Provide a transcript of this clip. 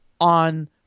on